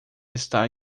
está